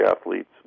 athletes